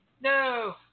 No